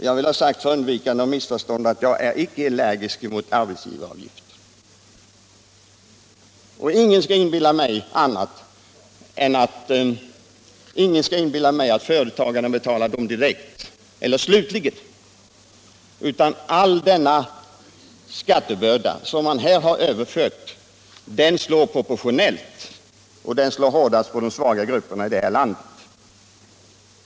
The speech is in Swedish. Jag vill för undvikande av missförstånd ha sagt att jag icke är allergisk mot arbetsgivaravgift. Ingen skall inbilla mig att företagarna slutligen betalar de avgifterna, utan all denna skattebörda, som man här har överfört, slår proportionellt på inkomst och den slår hårdast på de svaga grupperna i landet.